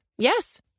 Yes